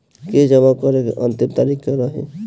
किस्त जमा करे के अंतिम तारीख का रही?